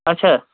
اچھا